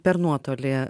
per nuotolį